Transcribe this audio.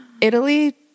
Italy